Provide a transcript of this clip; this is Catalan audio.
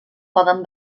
poden